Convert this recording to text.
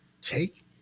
take